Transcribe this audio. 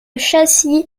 châssis